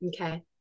Okay